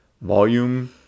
volume